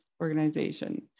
Organization